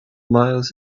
miles